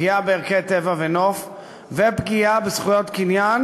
פגיעה בערכי טבע ונוף ופגיעה בזכויות קניין